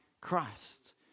Christ